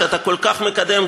שאתה כל כך מקדם,